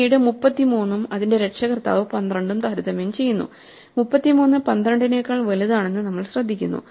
പിന്നീട് 33 ഉം അതിന്റെ രക്ഷകർത്താവ് 12 ഉം താരതമ്യം ചെയ്യുന്നു 33 12 നെക്കാൾ വലുതാണെന്ന് നമ്മൾ ശ്രദ്ധിക്കുന്നു